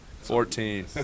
Fourteen